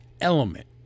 element